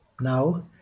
now